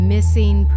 Missing